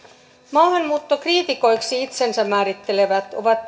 maahanmuuttokriitikoiksi itsensä määrittelevät ovat